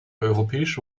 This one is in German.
europäische